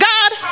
God